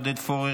עודד פורר,